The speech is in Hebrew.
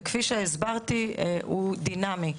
כפי שהסברתי, הוא דינאמי.